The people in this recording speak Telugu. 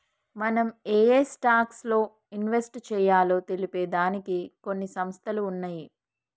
మనం ఏయే స్టాక్స్ లో ఇన్వెస్ట్ చెయ్యాలో తెలిపే దానికి కొన్ని సంస్థలు ఉన్నయ్యి